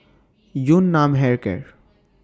Yun Nam Hair Care